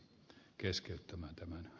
arvoisa puhemies